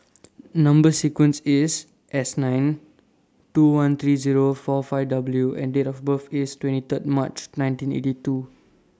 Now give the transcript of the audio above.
Number sequence IS S nine two one three Zero four five W and Date of birth IS twenty Third March nineteen eighty two